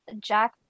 Jack